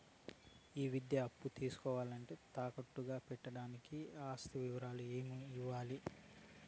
ఈ విద్యా అప్పు తీసుకోవాలంటే తాకట్టు గా పెట్టడానికి ఆస్తి వివరాలు ఏమేమి ఇవ్వాలి?